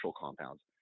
compounds